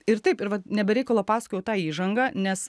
ir taip ne be reikalo pasakojau tą įžangą nes